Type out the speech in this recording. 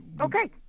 Okay